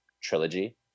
trilogy